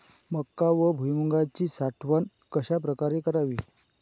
मका व भुईमूगाची साठवण कशाप्रकारे करावी?